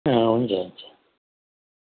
हुन्छ हुन्छ